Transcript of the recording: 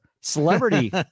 celebrity